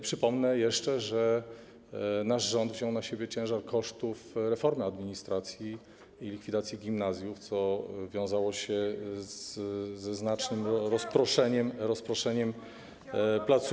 Przypomnę jeszcze, że nasz rząd wziął na siebie ciężar kosztów reformy administracji i likwidacji gimnazjów, co wiązało się ze znacznym rozproszeniem placówek.